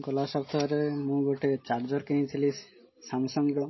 ଗଲା ସପ୍ତାହରେ ମୁଁ ଗୋଟେ ଚାର୍ଜର୍ କିଣିଥିଲି ସାମସଙ୍ଗ୍ର